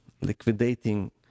liquidating